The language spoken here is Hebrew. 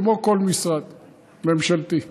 כמו כל משרד ממשלתי.